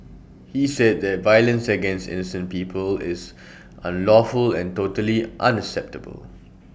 he said that violence against incent people is unlawful and totally unacceptable